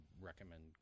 recommend